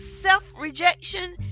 self-rejection